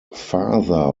father